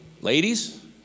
ladies